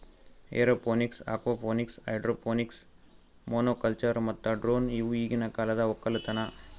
aeroponics, aquaponics, hydroponics, monoculture ಮತ್ತ drone ಇವು ಈಗಿನ ಕಾಲದ ಒಕ್ಕಲತನ